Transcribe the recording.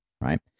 right